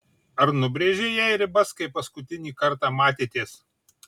ar nubrėžei jai ribas kai paskutinį kartą matėtės